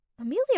Amelia